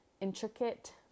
intricate